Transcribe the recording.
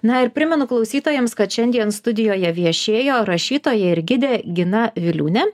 na ir primenu klausytojams kad šiandien studijoje viešėjo rašytoja ir gidė gina viliūnė